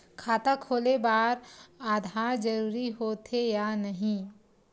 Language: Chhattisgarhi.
खाता खोले बार आधार जरूरी हो थे या नहीं?